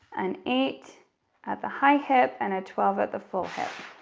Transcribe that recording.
an eight at the high hip and a twelve at the full hip.